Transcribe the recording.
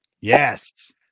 Yes